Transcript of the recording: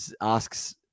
asks